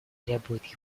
требует